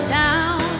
down